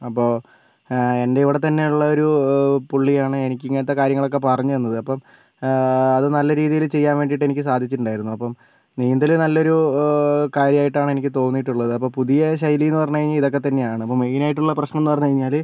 അപ്പോൾ എൻ്റെ ഇവിടെ തന്നെ ഉള്ളൊരു പുള്ളിയാണ് എനിക്ക് ഇങ്ങനത്തെ കാര്യങ്ങളൊക്കെ പറഞ്ഞു തന്നത് അപ്പം അത് നല്ല രീതിയില് ചെയ്യാൻ വേണ്ടിയിട്ട് എനിക്ക് സാധിച്ചിട്ടുണ്ടായിരുന്നു അപ്പം നീന്തല് നല്ലൊരു കാര്യാമായിട്ടാണ് എനിക്ക് തോന്നിയിട്ടുള്ളത് അപ്പം പുതിയ ശൈലി എന്ന് പറഞ്ഞ് കഴിഞ്ഞാൽ ഇതൊക്കെ തന്നെയാണ് അപ്പം മെയിനായിട്ടുള്ള പ്രശ്നം എന്ന് പറഞ്ഞ് കഴിഞ്ഞാല്